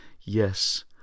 Yes